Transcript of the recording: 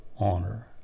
honor